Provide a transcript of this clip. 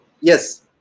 Yes